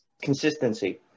consistency